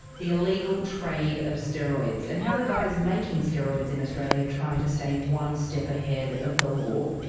the illegal trade of steroids and how the guys making steroids in australia try to stay one step ahead of the law.